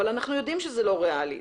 אבל אנחנו יודעים שזה לא ריאלי.